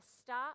stop